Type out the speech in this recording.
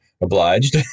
obliged